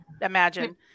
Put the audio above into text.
imagine